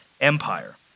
empire